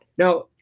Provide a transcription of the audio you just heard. Now